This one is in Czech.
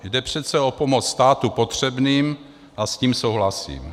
Jde přece o pomoc státu potřebným a s tím souhlasím.